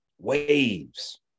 waves